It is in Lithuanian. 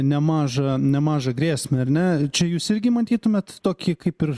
nemažą nemažą grėsmę ar ne čia jūs irgi matytumėt tokį kaip ir